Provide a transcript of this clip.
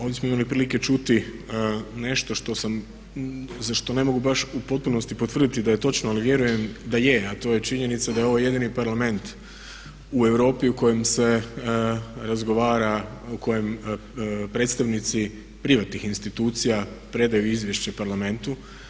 Ovdje smo imali prilike čuti nešto što sam, za što ne mogu baš u potpunosti potvrditi da je točno ali vjerujem da je, a to je činjenica da je ovo jedini Parlament u Europi u kojem se razgovara predstavnici privatnih institucija predaju izvješće Parlamentu.